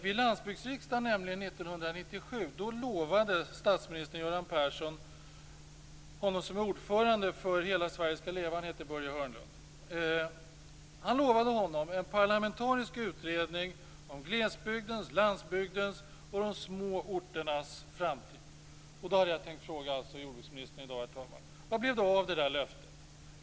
Vid landsbygdsriksdagen 1997 lovade statsminister Göran Persson Börje Hörnlund, som är ordförande för Hela Sverige skall leva, en parlamentarisk utredning om glesbygdens, landsbygdens och de små orternas framtid. Då hade jag i dag tänkt fråga jordbruksministern: Vad blev det av detta löfte?